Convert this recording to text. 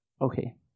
Okay